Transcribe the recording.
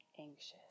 anxious